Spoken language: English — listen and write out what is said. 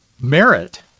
merit